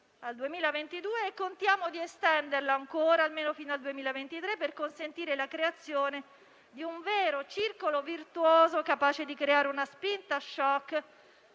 al 2022 e contiamo di estenderla ancora almeno fino al 2023, per consentire la creazione di un vero circolo virtuoso, capace di creare una spinta *shock*